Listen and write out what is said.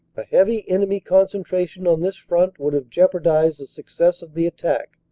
a heavy enemy con centration on this front would have jeopardized the success of the attack,